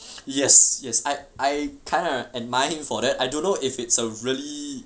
yes yes I I kind of admire him for that I don't know if it's a really